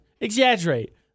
exaggerate